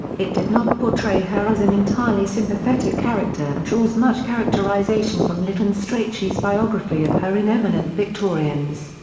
it did not portray her as an entirely sympathetic character and draws much characterisation from lytton strachey's biography of her in eminent victorians.